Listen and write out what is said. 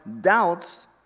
doubts